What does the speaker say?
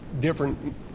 different